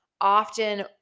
often